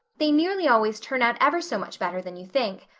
they nearly always turn out ever so much better than you think.